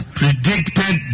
predicted